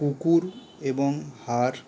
কুকুর এবং হাড়